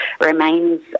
remains